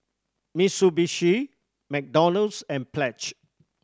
Mitsubishi McDonald's and Pledge